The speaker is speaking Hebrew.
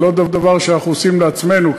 זה לא דבר שאנחנו עושים לעצמנו,